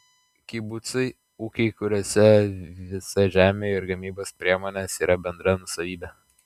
kibucai ūkiai kuriuose visa žemė ir gamybos priemonės yra bendra nuosavybė